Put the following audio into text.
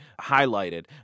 highlighted